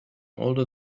older